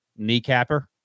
kneecapper